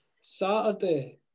Saturday